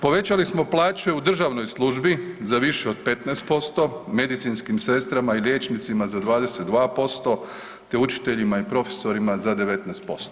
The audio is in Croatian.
Povećali smo plaće u državnoj službi za više od 15%, medicinskim sestrama i liječnicima za 22% te učiteljima i profesorima za 19%